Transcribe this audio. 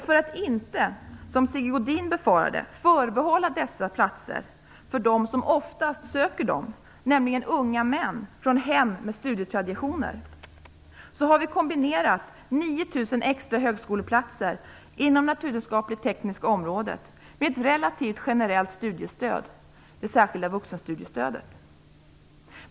För att inte, som Sigge Godin befarade, förbehålla dessa platser åt dem som oftast söker dem, nämligen unga män från hem med studietraditioner, har vi kombinerat 9 000 extra högskoleplatser inom det naturvetenskapliga-tekniska området med ett relativt, generellt studiestöd, det särskilda vuxenstudiestödet.